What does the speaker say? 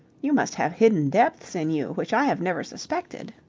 you must have hidden depths in you which i have never suspected.